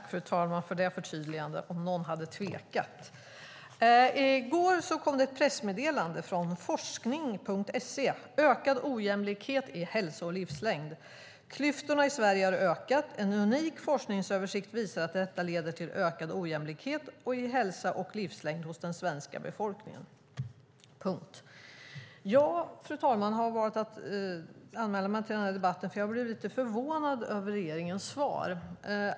Fru talman! I går kom ett pressmeddelande från forskning.se: "Ökad ojämlikhet i hälsa och livslängd. Klyftorna i Sverige har ökat. En ny unik forskningsöversikt visar att detta leder till ökad ojämlikhet i hälsa och livslängd hos den svenska befolkningen." Jag har, fru talman, valt att anmäla mig till denna debatt därför att jag blev lite förvånad över regeringens svar.